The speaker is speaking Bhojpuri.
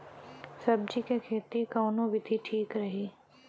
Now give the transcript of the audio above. सब्जी क खेती कऊन विधि ठीक रही?